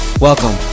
welcome